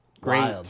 great